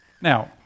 Now